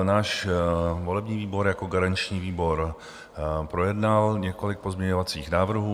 Náš volební výbor jako garanční výbor projednal několik pozměňovacích návrhů.